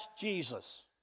Jesus